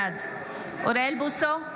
בעד אוריאל בוסו,